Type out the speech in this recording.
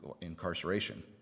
incarceration